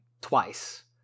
twice